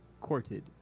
courted